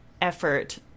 effort